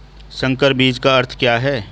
संकर बीज का अर्थ क्या है?